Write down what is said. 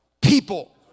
people